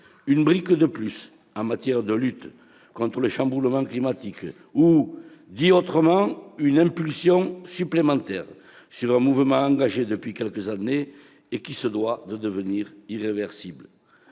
une brique de plus en matière de lutte contre le chamboulement climatique ou, dit autrement, une impulsion supplémentaire sur un mouvement engagé depuis quelques années et qui se doit de devenir irréversible.